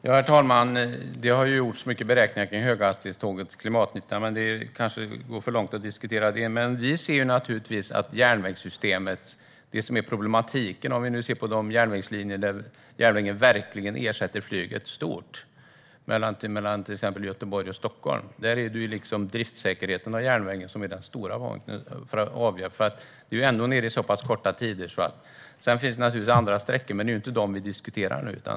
Herr talman! Det har gjorts mycket beräkningar på höghastighetstågens klimatnytta, men det kanske är att gå för långt att diskutera det. Vi ser naturligtvis att det som är problematiken i järnvägssystemet - om vi nu ser på de järnvägslinjer där järnvägen verkligen ersätter flyget stort, till exempel mellan Göteborg och Stockholm - är driftssäkerheten. Det är det avgörande, för vi är ändå nere i korta tider. Sedan finns det naturligtvis andra sträckor, men det är ju inte dem vi diskuterar nu.